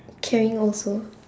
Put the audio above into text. caring also